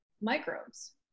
microbes